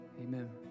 Amen